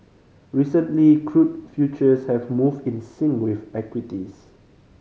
recently crude futures have moved in sync with equities